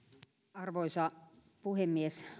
arvoisa puhemies